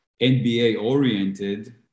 NBA-oriented